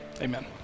amen